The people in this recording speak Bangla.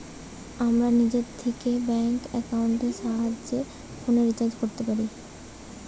আমরা নিজে থিকে ব্যাঙ্ক একাউন্টের সাহায্যে ফোনের রিচার্জ কোরতে পারি